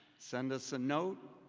send us a note.